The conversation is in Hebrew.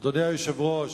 אדוני היושב-ראש,